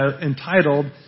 entitled